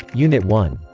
unit one